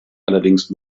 allerdings